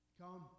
come